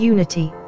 Unity